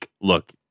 look